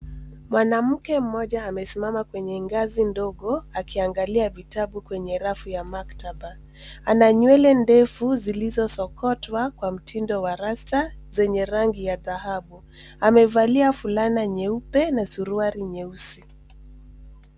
Mwanamke mmoja amesimama kwenye ngazi ndogo akiangalia vitabu kwenye rafu ya maktaba. Ana nywele ndefu zilizosokotwa kwa mtindo wa rasta zenye rangi ya dhahabu. Amevalia fulana nyeupe na suruali nyeusi.